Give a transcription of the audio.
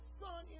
son